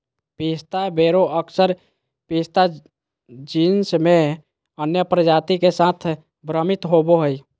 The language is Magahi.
पिस्ता वेरा अक्सर पिस्ता जीनस में अन्य प्रजाति के साथ भ्रमित होबो हइ